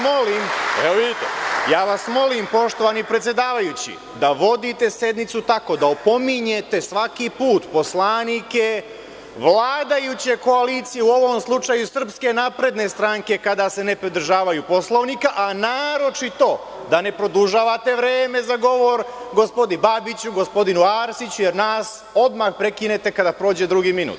Molim vas, gospodine predsedavajući, da vodite sednicu tako da opominjete svaki put poslanike vladajuće koalicije, u ovom slučaju SNS, kada se ne pridržavaju Poslovnika, a naročito da ne produžavate vreme za govor gospodinu Babiću i gospodinu Arsiću, jer nas odmah prekinete kada prođe drugi minut.